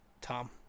Tom